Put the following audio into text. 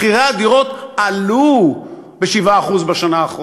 מחירי הדירות עלו ב-7% בשנה האחרונה.